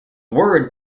word